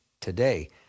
today